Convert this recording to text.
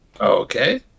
Okay